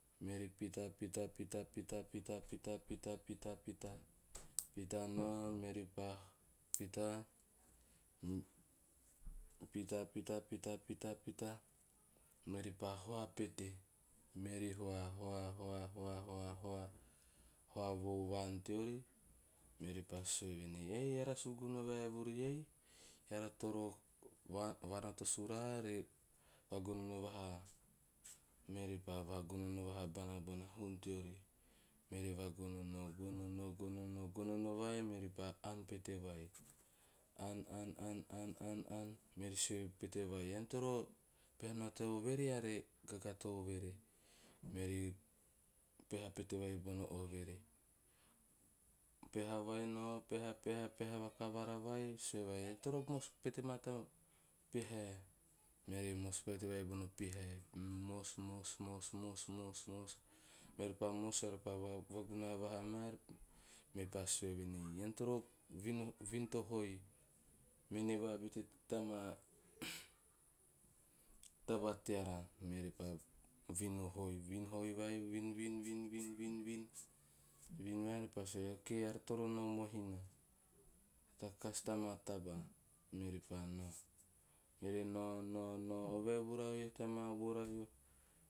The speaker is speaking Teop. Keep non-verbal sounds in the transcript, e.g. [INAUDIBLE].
Meori pita pita pita pita pita pita pita pita, pita noa, meori paa pita, [HESITATION] pita pita pita pita. Meori pa hoa pete meori hoa, hoa hoa hoa hoa hoa roo vaan teori, meori pa sue venei, "eh eara suguna vae vuru ei eara toro vaa [HESITATION] varoto suraaa eara re vagonono vaha." Meori pa va gonono vaha bona hum teori. Meori va gonono, gonono gonono, gonono vai meor pa aan pete vai, aan aan aan aan aan aan. Meori sue pete vai, "ean toro peha noa teo overe gaga to overe." Meori peha pete vai bono overe. Peha vai noa peha peha, peha vakavara vai. Sue vai ean too mos pete maa to pihae. Meori mos pete vai bono pihae. Meori mos mos mos mos mos. Meori pa mos meori pa vagunaha vaha ma, meori pa sue venei, "ean toro vui o vin to hoi mene vabete tama taba teara." Meori pa vin o hoi- vin o hoi, vin vin vin vin vin, vin ma pa sue "okay eara toro noa mohina tea kas tama taba." Meori pa noa. Meori noa noa noa noa oi va vura ioho tea ma voora ioh. xxxx